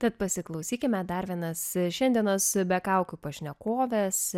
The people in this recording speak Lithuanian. tad pasiklausykime darvinas šiandienos be kaukių pašnekovės